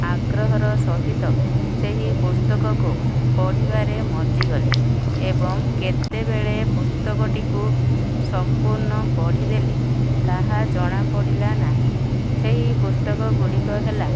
ଆଗ୍ରହର ସହିତ ସେହି ପୁସ୍ତକକୁ ପଢ଼ିବାରେ ମଜିଗଲି ଏବଂ କେତେବେଳେ ପୁସ୍ତକଟିକୁ ସମ୍ପୂର୍ଣ୍ଣ ପଢ଼ିଦେଲି ତାହା ଜଣାପଡ଼ିଲା ନାହିଁ ସେହି ପୁସ୍ତକ ଗୁଡ଼ିକ ହେଲା